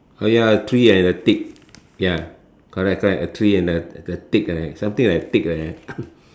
oh ya a tree and a tick ya correct correct a tree and a the tick right something like tick like that